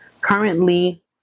currently